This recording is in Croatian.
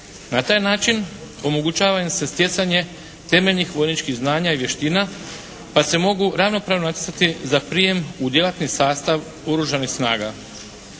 Na taj način omogućava im se stjecanje temeljnih vojničkih znanja i vještina pa se mogu ravnopravno natjecati za prijem u djelatni sastav oružanih snaga.